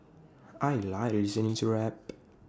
I Like listening to rap